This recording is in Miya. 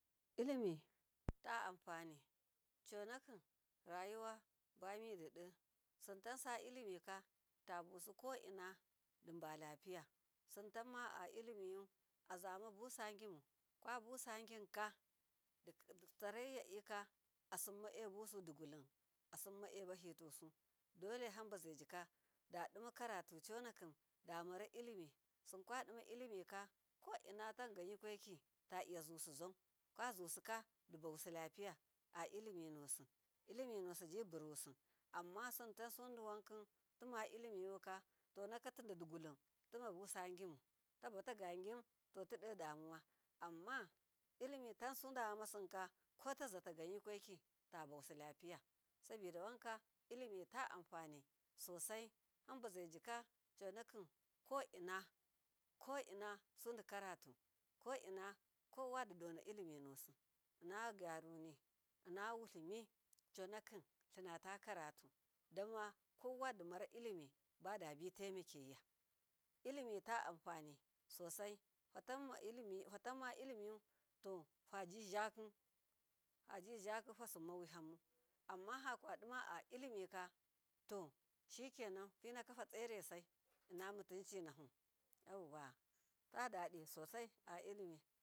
Llimi taanfani conaki rayuwa bumidido simtasa llimika tabusikoina dibalupiya, sintamma allimi azama busasimu kwabusaginka ditsaraiyadika asim mebusu dugulum asima ebahitusu dolehambazejika dadimakaratu conakim damara illimi sukwa dima llimika, koina tangan yikwaikitai vazusizau kwazusuka dibawusi lapiya alliminusiji burusi amma sintansudiwankim timallimika tonaka tididugulum timabusagimu tabatagagim toti dodamuwa, amma illimitansuda yamma sinka ko tazatagan yikwaiki tabawusi lapiya sibida wanka llimita anfani sosai hamba zaijika conakim ko ina ko ina sudikaratu koinakowa didono ilimi donosi, inna gyaruni inna wutlimi conakintlinata karatu dama kowadimaka llimi badabitaimakya llimita anfani sosai, fatamma ilimyu to faji zaki faji zaki fasimmuwihamu amma fakwadima allimika, to shikenan fanaka fatseresai inna muntancinahu yauwa tadadi sosai allimi.